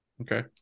okay